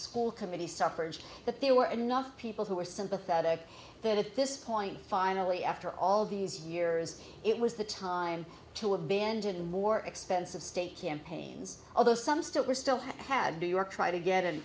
school committee suffrage that there were enough people who were sympathetic that at this point finally after all these years it was the time to abandon more expensive state campaigns although some still were still had new york tried